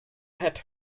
had